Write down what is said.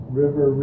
river